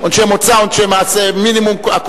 אני